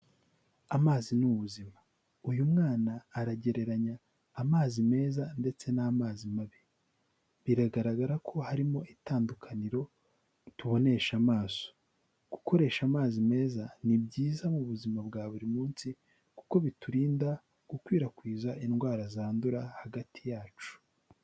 Amazi ni ubuzima, uyu mwana aragereranya amazi meza ndetse n'amazi mabi, biragaragara ko harimo itandukaniro tubonesha amaso, gukoresha amazi meza ni byiza mu buzima bwa buri munsi, kuko biturinda gukwirakwiza indwara zandura hagati yacu.